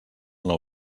nou